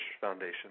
Foundation